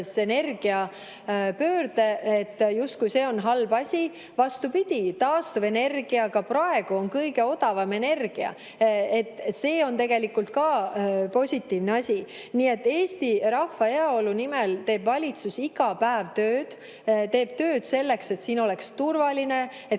energiapöörde, justkui see on halb asi. Vastupidi, taastuvenergia on ka praegu kõige odavam energia, nii et see on tegelikult positiivne asi. Eesti rahva heaolu nimel teeb valitsus iga päev tööd. Ta teeb tööd selleks, et siin oleks turvaline, et